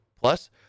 Plus